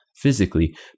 physically